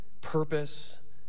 purpose